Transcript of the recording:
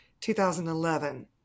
2011